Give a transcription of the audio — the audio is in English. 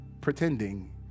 pretending